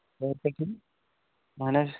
اَصٕل پٲٹھۍ اَہَن حظ